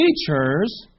teachers